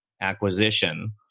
acquisition